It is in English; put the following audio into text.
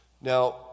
Now